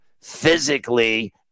physically